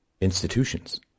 institutions